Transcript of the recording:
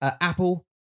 Apple